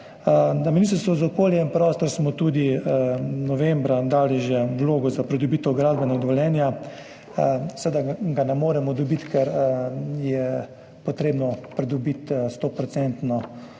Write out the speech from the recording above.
Na Ministrstvu za okolje in prostor smo že novembra dali tudi vlogo za pridobitev gradbenega dovoljenja. Seveda ga ne moremo dobiti, ker je potrebno pridobiti